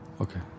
Okay